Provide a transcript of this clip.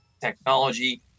technology